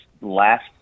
last